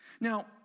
Now